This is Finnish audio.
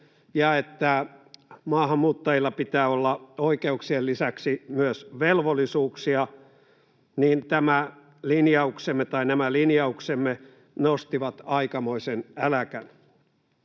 ja että maahanmuuttajilla pitää olla oikeuksien lisäksi myös velvollisuuksia, nämä linjauksemme nostivat aikamoisen äläkän.